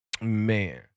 Man